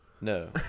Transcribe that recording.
no